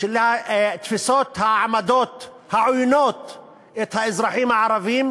של התפיסות, העמדות העוינות את האזרחים הערבים,